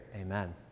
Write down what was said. Amen